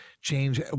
change